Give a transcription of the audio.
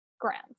grants